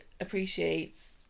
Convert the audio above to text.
appreciates